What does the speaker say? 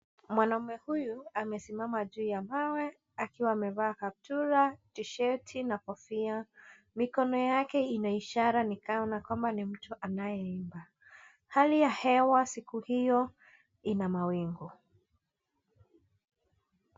Mwanaume huyu amesimama juu ya mawe, akiwa amevaa kaptura, T-sheti, na kofia. Mikono yake ina ishara ni kana kwamba ni mtu anayeimba. Hali ya hewa siku hiyo ina mawingu.